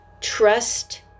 Trust